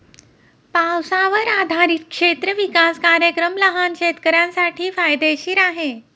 पावसावर आधारित क्षेत्र विकास कार्यक्रम लहान शेतकऱ्यांसाठी फायदेशीर आहे